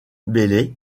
bailey